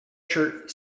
shirt